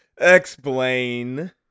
Explain